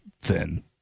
thin